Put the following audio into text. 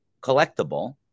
collectible